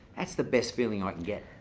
that's the best feeling like and get.